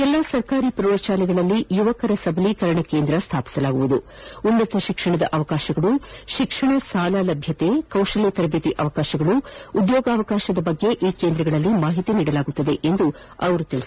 ಎಲ್ಲ ಸರ್ಕಾರಿ ಪ್ರೌಢಶಾಲೆಗಳಲ್ಲಿ ಯುವಕರ ಸಬಲೀಕರಣ ಕೇಂದ್ರ ಸ್ಲಾಪಿಸಲಾಗುತ್ತಿದ್ದು ಉನ್ನತ ಶಿಕ್ಷಣದ ಅವಕಾಶಗಳು ಶಿಕ್ಷಣ ಸಾಲ ಲಭ್ಯತೆ ಕೌಶಲ್ಯ ತರಬೇತಿ ಅವಕಾಶಗಳು ಉದ್ಯೋಗವಕಾಶ ಕುರಿತು ಈ ಕೇಂದ್ರಗಳಲ್ಲಿ ಮಾಹಿತಿ ನೀಡಲಾಗುವುದು ಎಂದು ಹೇಳಿದ ಡಾ